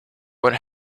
what